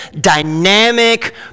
dynamic